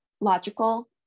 logical